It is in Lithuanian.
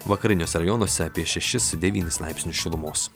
vakariniuose rajonuose apie šešis devynis laipsnius šilumos